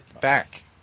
back